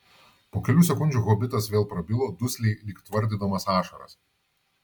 po kelių sekundžių hobitas vėl prabilo dusliai lyg tvardydamas ašaras